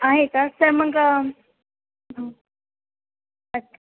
आहे का सर मग हो अच्छा